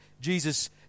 Jesus